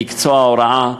למקצוע ההוראה,